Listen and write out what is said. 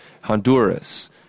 Honduras